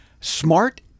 smart